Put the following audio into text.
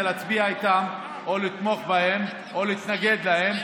להצביע איתן או לתמוך בהן או להתנגד להן,